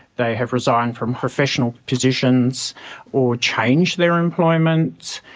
they have resigned from professional positions or changed their employment,